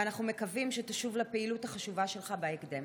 ואנחנו מקווים שתשוב לפעילות החשובה שלך בהקדם.